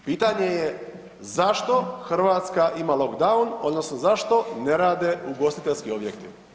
Pitanje je zašto Hrvatska ima lockdown odnosno zašto ne rade ugostiteljski objekti?